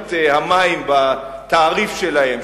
עלות המים בתעריף שלהם,